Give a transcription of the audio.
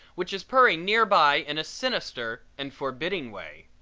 which is purring nearby in a sinister and forbidding way.